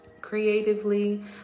creatively